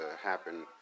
Happen